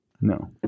No